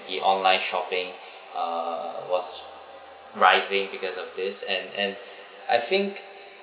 the online shopping uh was rising because of this and and I think